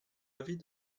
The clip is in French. avis